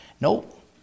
Nope